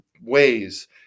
ways